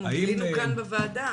אנחנו גילינו כאן בוועדה,